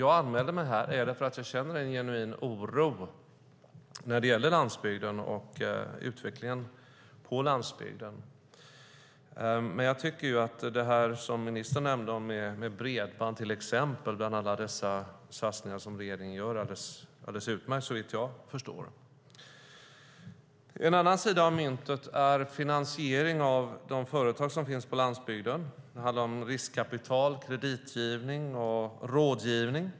Jag anmälde mig till debatten för att jag känner en genuin oro när det gäller landsbygden och utvecklingen där. Det ministern nämnde med till exempel bredband, bland alla de satsningar regeringen gör, är såvitt jag förstår alldeles utmärkt. En annan sida av myntet är finansiering av de företag som finns på landsbygden. Det handlar om riskkapital, kreditgivning och rådgivning.